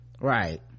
right